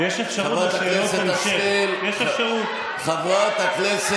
חברת הכנסת השכל, חברת הכנסת השכל.